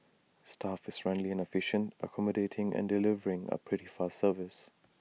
staff is friendly and efficient accommodating and delivering A pretty fast service